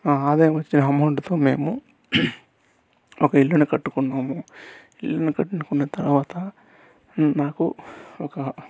ఆ ఆదాయం వచ్చిన అమౌంట్తో మేము ఒక ఇల్లును కట్టుకున్నాము ఇల్లును కట్టుకున్న తర్వాత నాకు ఒక